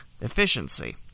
efficiency